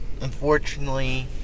unfortunately